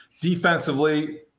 defensively